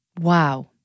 Wow